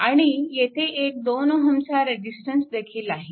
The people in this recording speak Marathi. आणि येथे एक 2 Ω चा रेजिस्टन्स देखील आहे